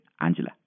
Angela